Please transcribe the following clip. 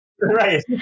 Right